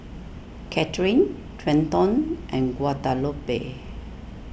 Cathrine Trenton and Guadalupe